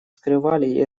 скрывали